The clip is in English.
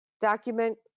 Document